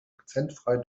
akzentfrei